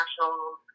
national